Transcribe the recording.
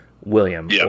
William